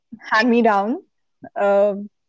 hand-me-down